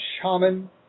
shaman